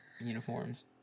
uniforms